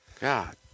God